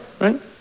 right